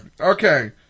Okay